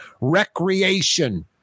recreation